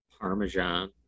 Parmesan